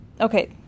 okay